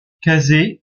casey